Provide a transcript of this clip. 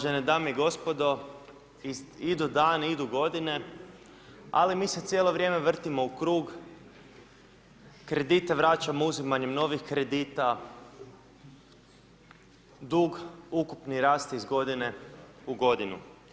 Uvažene dame i gospodo, idu dani, idu godine, ali mi se cijelo vrijeme vrtimo u krug, kredite vraćamo uzimanjem novih kredita, dug ukupni raste iz godine u godinu.